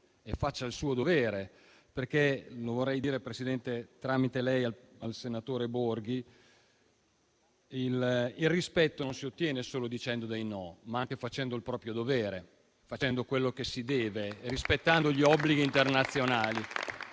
e faccia il suo dovere, perché - signor Presidente, tramite lei lo vorrei dire al senatore Claudio Borghi - il rispetto non lo si ottiene solo dicendo dei no, ma anche facendo il proprio dovere, facendo quello che si deve, rispettando gli obblighi internazionali